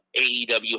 AEW